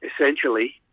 essentially